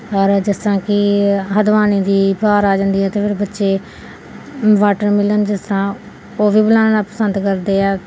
ਔਰ ਜਿਸ ਤਰ੍ਹਾਂ ਕਿ ਹਦਵਾਣੇ ਦੀ ਬਹਾਰ ਆ ਜਾਂਦੀ ਹੈ ਤਾਂ ਫਿਰ ਬੱਚੇ ਵਾਟਰਮਿਲਨ ਜਿਸ ਤਰ੍ਹਾਂ ਉਹ ਵੀ ਬਣਾਉਣਾ ਪਸੰਦ ਕਰਦੇ ਆ